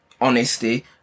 honesty